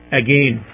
again